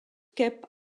kept